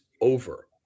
over